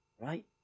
Right